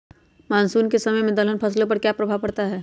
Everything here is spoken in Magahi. मानसून के समय में दलहन फसलो पर क्या प्रभाव पड़ता हैँ?